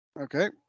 Okay